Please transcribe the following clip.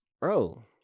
bro